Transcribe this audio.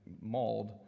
mauled